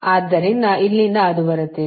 ಆದ್ದರಿಂದ ಇಲ್ಲಿಂದ ಅದು ಬರುತ್ತಿದೆ